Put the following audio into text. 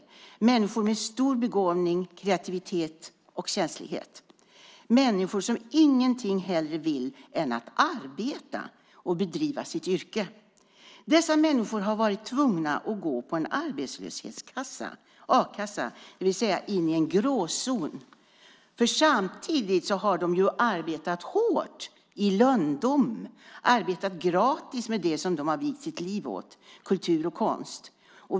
Det är människor med stor begåvning, kreativitet och känslighet. Det är människor som ingenting hellre vill än att arbeta och bedriva sitt yrke. Dessa människor har varit tvungna att gå på a-kassa, det vill säga in i en gråzon. Samtidigt har de arbetat hårt i lönndom, arbetat gratis med det som de har vigt sitt liv åt, det vill säga kultur och konst.